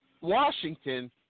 Washington